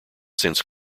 since